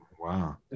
Wow